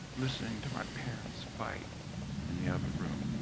listening to my parents fight in the other room.